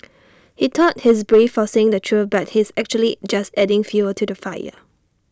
he thought he's brave for saying the truth but he's actually just adding fuel to the fire